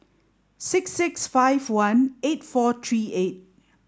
six six five one eight four three eight